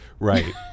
Right